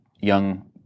young